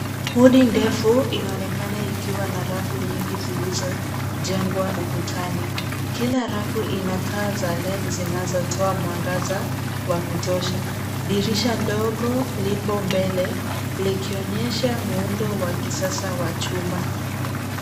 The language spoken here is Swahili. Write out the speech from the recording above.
Udi ndefu, inaonekana ikiwa na rafu nyingi zilizojengwa ukutani. Kila rafu, taa za LED zinazotoa mwangaza wa kutosha. Dirisha ndogo, lipo mbele, likionyesha muundo wa kisasa wa chumba.